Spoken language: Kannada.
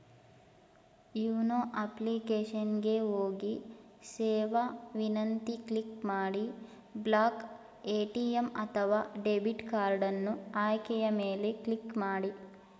ಯೋನೋ ಅಪ್ಲಿಕೇಶನ್ ಗೆ ಹೋಗಿ ಸೇವಾ ವಿನಂತಿ ಕ್ಲಿಕ್ ಮಾಡಿ ಬ್ಲಾಕ್ ಎ.ಟಿ.ಎಂ ಅಥವಾ ಡೆಬಿಟ್ ಕಾರ್ಡನ್ನು ಆಯ್ಕೆಯ ಮೇಲೆ ಕ್ಲಿಕ್ ಮಾಡಿ